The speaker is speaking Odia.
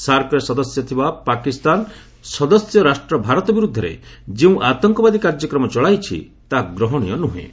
ସାର୍କରେ ସଦସ୍ୟ ଥିବା ପାକିସ୍ତାନ ସଦସ୍ୟ ରାଷ୍ଟ୍ର ଭାରତ ବିରୁଦ୍ଧରେ ଯେଉଁ ଆତଙ୍କବାଦୀ କାର୍ଯ୍ୟକ୍ରମ ଚଳାଇଚି ତାହା ଗ୍ରହଣୀୟ ନୁହେଁ